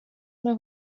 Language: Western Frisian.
nei